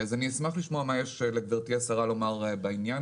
אשמח לשמוע מה יש לגברתי השרה לומר בעניין